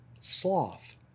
sloth